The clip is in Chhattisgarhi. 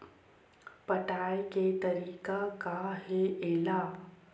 पटाय के तरीका का हे एला?